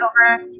over